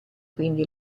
quindi